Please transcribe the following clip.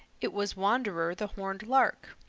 it was wanderer the horned lark.